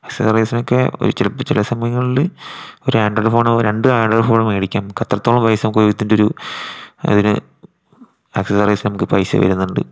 ഏക്സസ്സറീസിനൊക്കെ ഒരു ഇച്ചിരി ചില സമയങ്ങളിൽ ഒരു ആൻഡ്രോയിഡ് ഫോണോ രണ്ട് ആൻഡ്രോയിഡ് ഫോൺ മേടിക്കാം നമുക്ക് അത്രത്തോളം പൈസ നമുക്ക് ഇതിൻ്റെ ഒരു അതിന് ഏക്സസ്സറീസിന് നമുക്ക് പൈസ വരുന്നുണ്ട്